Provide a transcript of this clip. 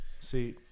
See